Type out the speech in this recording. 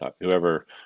whoever